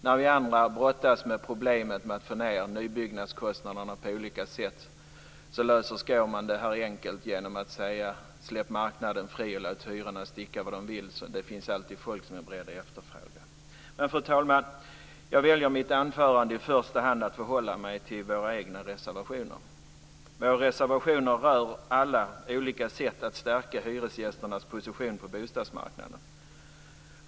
När vi andra brottas med problemet med att få ned nybyggnadskostnaderna på olika sätt löser Skårman det här enkelt genom att säga: Släpp marknaden fri, och låt hyrorna sticka vart de vill; det finns alltid folk som är beredda att efterfråga! Men, fru talman, jag väljer i mitt anförande i första hand att förhålla mig till våra egna reservationer. Alla våra reservationer rör olika sätt att stärka hyresgästernas position på bostadsmarknaden.